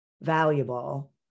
valuable